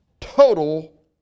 total